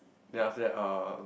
then after that uh